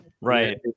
right